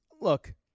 look